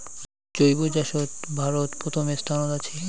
জৈব চাষত ভারত প্রথম স্থানত আছি